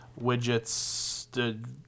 widgets